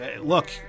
look